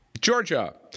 georgia